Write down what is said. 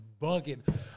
bugging